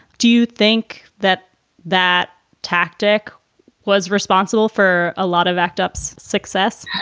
do you think that that tactic was responsible for a lot of act ups success?